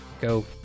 go